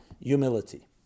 humility